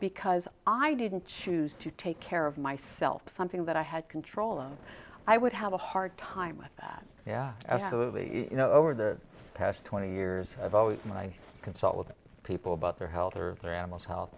because i didn't choose to take care of myself something that i had control and i would have a hard time with that yeah absolutely you know over the past twenty years i've always when i consult with people about their health or their animals h